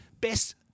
best